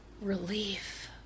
relief